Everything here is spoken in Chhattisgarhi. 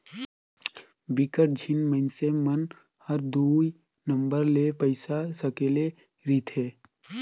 बिकट झिन मइनसे मन हर दुई नंबर ले पइसा सकेले रिथे